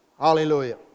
Hallelujah